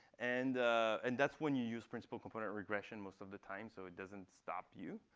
and and that's when you use principal component regression most of the time, so it doesn't stop you.